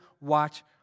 watch